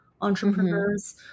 entrepreneurs